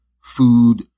food